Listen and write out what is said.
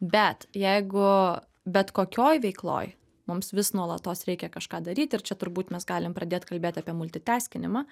bet jeigu bet kokioj veikloj mums vis nuolatos reikia kažką daryti ir čia turbūt mes galim pradėt kalbėt apie multi teskinimą